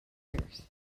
ears